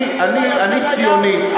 אני ציוני,